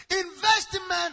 investment